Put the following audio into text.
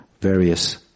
various